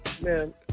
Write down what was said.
man